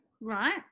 Right